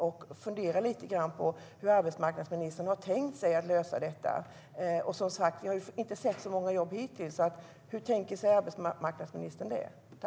Jag funderar lite grann på hur arbetsmarknadsministern har tänkt sig att lösa detta. Som sagt har vi inte sett så många jobb hittills. Hur tänker sig arbetsmarknadsministern detta?